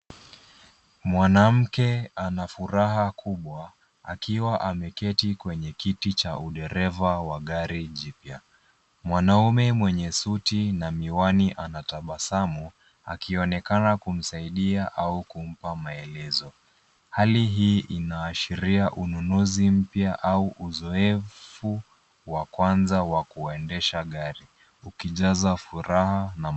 Mwanamke anafuraha kubwa akiwa ameketi kwenye kiti cha udereva wa gari jipya. Mwanaume mwenye suti na miwani anatabasamu akionekana kumsaidia au kumpa maelezo. Hali hii ianaashiria ununuzi mpya pia au uzoefu wa kwanza wa kuendesha gari ukijaza furaha .